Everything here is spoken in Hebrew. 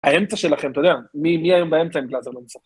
האמצע שלכם, אתה יודע, מי היום באמצע אם פלאזר לא אמצע?